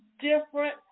different